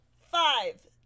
five